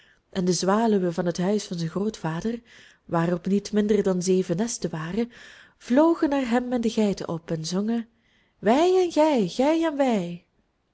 en de zwaluwen van het huis van zijn grootvader waarop niet minder dan zeven nesten waren vlogen naar hem en de geiten op en zongen wij en gij gij en wij